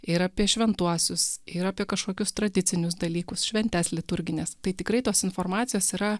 ir apie šventuosius ir apie kažkokius tradicinius dalykus šventes liturgines tai tikrai tos informacijos yra